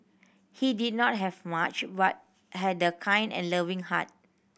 he did not have much but had a kind and loving heart